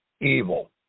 evil